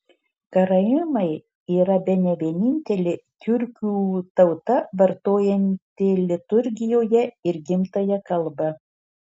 karaimai yra bene vienintelė tiurkų tauta vartojanti liturgijoje ir gimtąją kalbą